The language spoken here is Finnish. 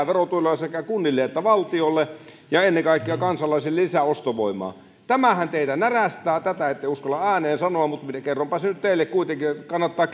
verotuloja sekä kunnille että valtiolle ja ennen kaikkea kansalaisille lisää ostovoimaa tämähän teitä närästää tätä ette uskalla ääneen sanoa mutta kerronpa sen nyt teille kuitenkin kannattaa